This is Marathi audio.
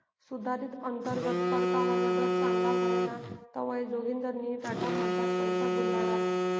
सुधारित अंतर्गत परतावाना दर चांगला व्हयना तवंय जोगिंदरनी टाटामझार पैसा गुताडात